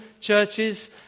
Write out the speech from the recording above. churches